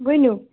ؤنِو